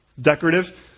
decorative